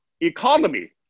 economy